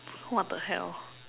what the hell